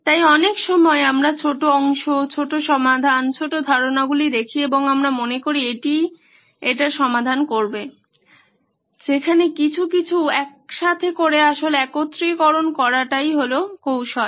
তাই অনেক সময় আমরা ছোট অংশ ছোট সমাধান ছোট ধারণাগুলি দেখি এবং আমরা মনে করি এটিই এটি সমাধান করবে যেখানে কিছু কিছু একসাথে করে আসলে একত্রীকরণ করাটাই হলো কৌশল